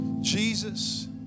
jesus